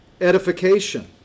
edification